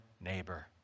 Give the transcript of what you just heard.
neighbor